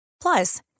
Plus